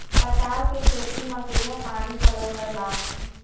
पताल के खेती म केघा पानी पलोए बर लागथे?